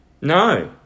No